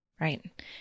Right